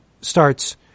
starts